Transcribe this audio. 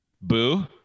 Boo